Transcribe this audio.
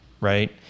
right